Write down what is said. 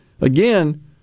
Again